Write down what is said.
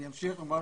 אני אמשיך ואומר